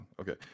okay